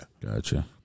gotcha